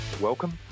Welcome